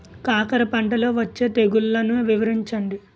కాకర పంటలో వచ్చే తెగుళ్లను వివరించండి?